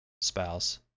Spouse